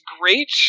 great